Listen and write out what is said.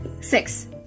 Six